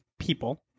people